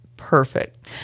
perfect